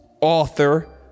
author